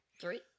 Three